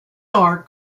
are